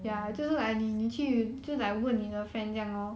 invite random people